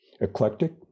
eclectic